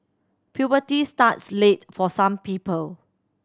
puberty starts late for some people